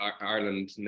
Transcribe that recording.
Ireland